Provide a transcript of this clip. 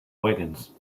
wagons